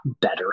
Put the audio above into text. better